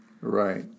Right